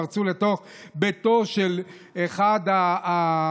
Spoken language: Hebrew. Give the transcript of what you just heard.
פרצו לתוך ביתו של אחד הזמרים,